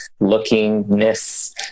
lookingness